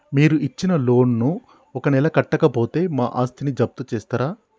మీరు ఇచ్చిన లోన్ ను ఒక నెల కట్టకపోతే మా ఆస్తిని జప్తు చేస్తరా?